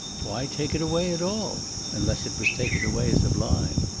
why take it away at all unless it was taken away as a blind?